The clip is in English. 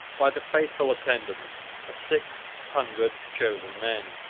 by the faithful attendance of six hundred chosen men,